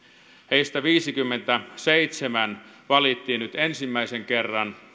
heistä viiteenkymmeneenseitsemään valittiin nyt ensimmäisen kerran